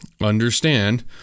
Understand